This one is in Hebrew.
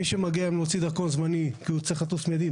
מי שמוציא דרכון זמני כי הוא צריך לטוס מיידי,